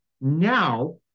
now